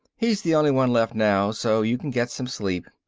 he's the only one left now, so you can get some sleep.